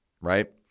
right